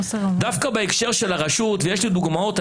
דווקא בהקשר של הרשות יש לי דוגמאות,